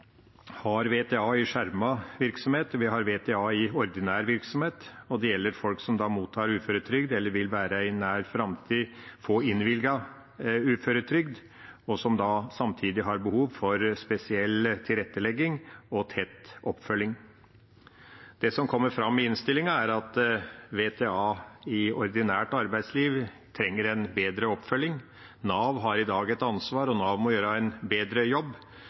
har VTA i ordinær virksomhet, og det gjelder folk som mottar uføretrygd, eller som i nær framtid vil få innvilget uføretrygd, og som da samtidig har behov for spesiell tilrettelegging og tett oppfølging. Det som kommer fram i innstillingen, er at VTA i ordinært arbeidsliv trenger bedre oppfølging. Nav har i dag et ansvar, og Nav må gjøre en bedre jobb.